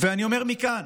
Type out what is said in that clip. אני אומר מכאן